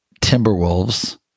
Timberwolves